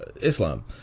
Islam